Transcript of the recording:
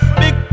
big